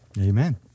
Amen